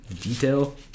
detail